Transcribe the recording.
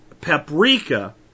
paprika